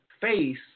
face